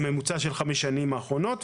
שזה ממוצע של החמש השנים האחרונות.